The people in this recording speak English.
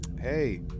hey